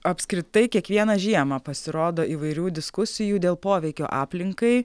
apskritai kiekvieną žiemą pasirodo įvairių diskusijų dėl poveikio aplinkai